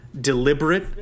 deliberate